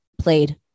played